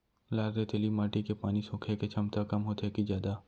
लाल रेतीली माटी के पानी सोखे के क्षमता कम होथे की जादा?